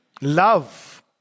love